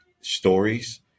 stories